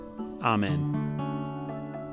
Amen